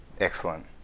Excellent